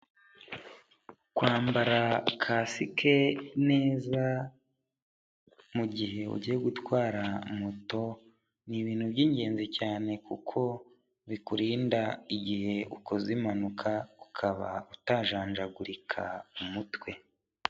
Kwambara kasike neza mugihe ugiye gutwara moto ni ibintu byingenzi cyane kuko bikurinda igihe ukoze impanuka, ukaba utajanjagurika umutwe.